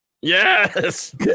Yes